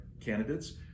candidates